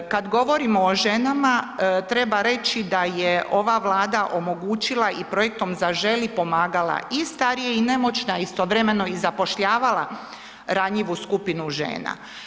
Kad govorimo o ženama treba reći da je ova Vlada omogućila i projektom „Zaželi“ pomagala i starije i nemoćne, a istovremeno i zapošljavala ranjivu skupinu žena.